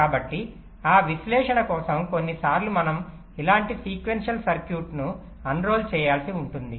కాబట్టి ఆ విశ్లేషణ కోసం కొన్నిసార్లు మనం ఇలాంటి సీక్వెన్షియల్ సర్క్యూట్ను అన్రోల్ చేయాల్సి ఉంటుంది